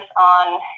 on